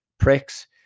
Pricks